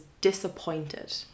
disappointed